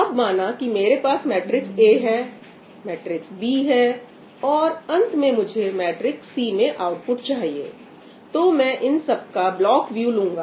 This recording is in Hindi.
अब माना कि मेरे पास मैट्रिक्स A है मैट्रिक्स B है और अंत में मुझे मैट्रिक्स C में आउटपुट चाहिए तो मैं इन सब का ब्लॉक व्यू लूंगा